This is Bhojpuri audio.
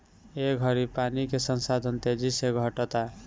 ए घड़ी पानी के संसाधन तेजी से घटता